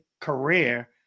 career